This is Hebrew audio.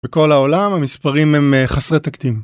בכל העולם המספרים הם חסרי תקדים